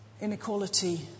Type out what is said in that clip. Inequality